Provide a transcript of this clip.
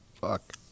Fuck